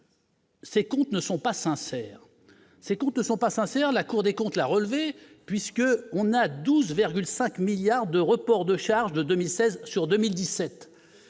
Ces comptes ne sont pas sincères, ces comptes ne sont pas sincères, la Cour des comptes l'a relevé, puisque on a 12 vers 5 milliards de reports de charges de 2016 sur 2017